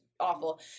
awful